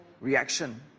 reaction